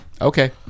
Okay